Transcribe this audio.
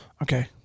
Okay